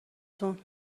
تون